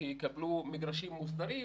יקבלו מגרשי מוסדרים.